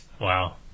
Wow